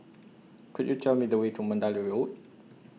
Could YOU Tell Me The Way to Mandalay Road